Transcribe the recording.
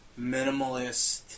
minimalist